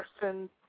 person